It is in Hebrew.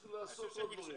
צריכים לעשות עוד דברים.